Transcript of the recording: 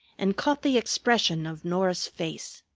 and caught the expression of norah's face.